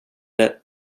det